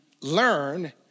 learn